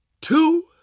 two